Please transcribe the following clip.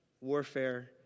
warfare